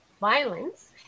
violence